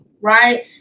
right